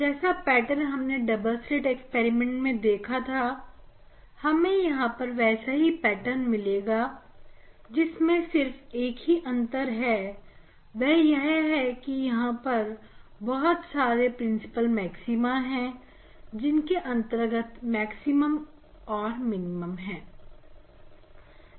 जैसा पैटर्न हमने double slit experiment मैं देखा था हमें यहां पर वैसा ही पैटर्न मिलेगा जिसमें सिर्फ एक ही अंतर है वह यह है कि यहां पर बहुत सारे प्रिंसिपल मैक्सिमा है जिनके अंतर्गत मैक्सिमम और मिनिमम है